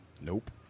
Nope